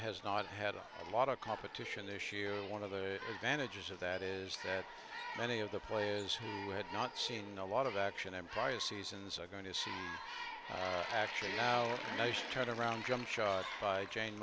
has not had a lot of competition issue one of the advantages of that is that many of the players who had not seen a lot of action emprise seasons are going to see action now nice turnaround jump shot by jane